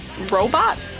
Robot